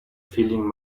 feeling